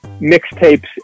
mixtapes